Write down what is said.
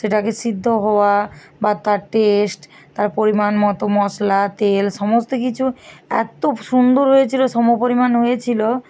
সেটাকে সিদ্ধ হওয়া বা তার টেস্ট তার পরিমাণ মতো মশলা তেল সমস্ত কিছু এত সুন্দর হয়েছিল সম পরিমাণ হয়েছিল